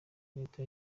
leta